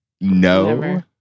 no